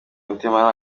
mutima